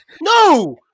No